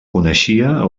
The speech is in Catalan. coneixia